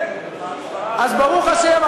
אז ברוך השם,